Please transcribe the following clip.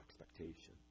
expectation